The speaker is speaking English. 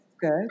good